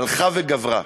הלכה וגברה.